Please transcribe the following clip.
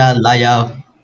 Liar